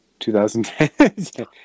2010